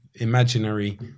Imaginary